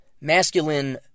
masculine